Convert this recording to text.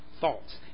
thoughts